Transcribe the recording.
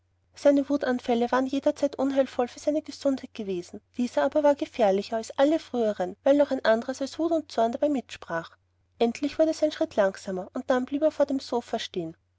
seine wutanfälle waren jederzeit unheilvoll für seine gesundheit gewesen dieser aber war gefährlicher als alle früheren weil noch ein andres als zorn und wut dabei mitsprach endlich wurde sein schritt langsamer und dann blieb er vor dem sofa stehen